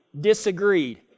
disagreed